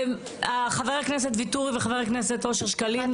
חבר הכנסת ואטורי וחבר הכנסת אושר שקלים,